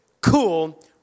cool